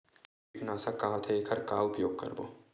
कीटनाशक का होथे एखर का उपयोग करबो?